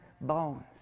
bones